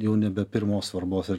jau nebe pirmos svarbos ir